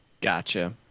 gotcha